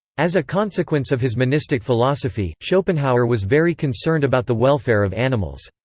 as a consequence of his monistic philosophy, schopenhauer was very concerned about the welfare of animals.